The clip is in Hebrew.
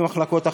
במחלקות אחרות.